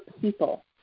people